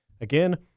Again